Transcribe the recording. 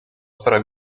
storia